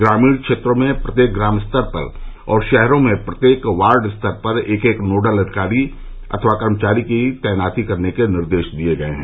ग्रामीण क्षेत्रों में प्रत्येक ग्राम पंचायत स्तर पर और शहरों में प्रत्येक वार्ड स्तर पर एक एक नोडल अधिकारी अथवा कर्मचारी की तैनाती करने के निर्देश दिए गए हैं